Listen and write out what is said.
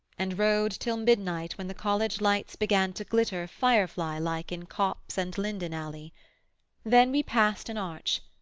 and rode till midnight when the college lights began to glitter firefly-like in copse and linden alley then we past an arch,